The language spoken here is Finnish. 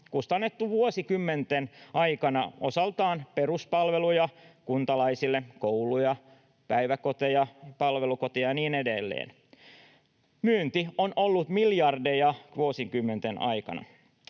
kustannettu vuosikymmenten aikana osaltaan peruspalveluja kuntalaisille: kouluja, päiväkoteja, palvelukoteja ja niin edelleen. Myynti on ollut miljardeja vuosikymmenten aikana.